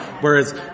Whereas